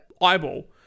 eyeball